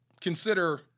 Consider